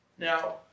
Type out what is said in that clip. Now